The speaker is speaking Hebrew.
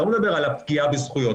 הוא לא מדבר על פגיעה בזכויות.